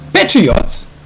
Patriots